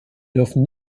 dürfen